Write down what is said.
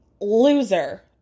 loser